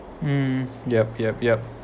mm yup yup yup